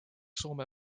soome